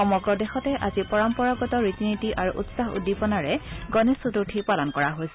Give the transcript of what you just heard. সমগ্ৰ দেশতে আজি পৰম্পৰাগত ৰীতি নীতি আৰু উৎসাহ উদ্দীপনাৰ গণেশ চতুৰ্থী পালন কৰা হৈছে